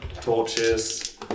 torches